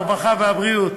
הרווחה והבריאות,